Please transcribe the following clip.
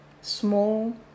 small